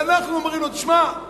ואנחנו אומרים לו: תשמע,